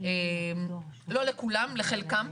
לא לכולם, לחלקם.